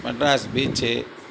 madras beach